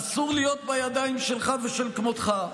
אסור להיות בידיים שלך ושל כמותך.